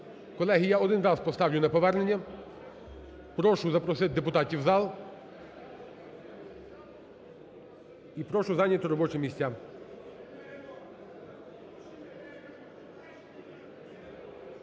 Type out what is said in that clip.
Колеги, я один раз поставлю на повернення. Прошу запросити депутатів в зал і прошу зайняти робочі місця.